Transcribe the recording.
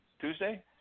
Tuesday